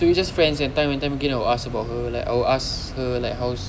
we were just friends time and time again I will ask about her I will ask her like how's